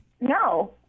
No